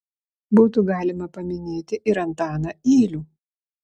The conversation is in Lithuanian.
būtų galima paminėti ir antaną ylių